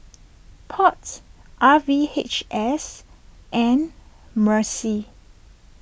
Pots R V H S and Mccy